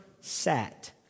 sat